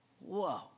whoa